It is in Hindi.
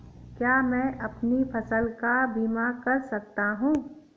क्या मैं अपनी फसल का बीमा कर सकता हूँ?